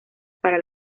para